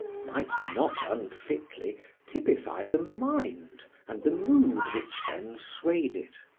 might not unfitly typify the mind and the mood which then swayed it.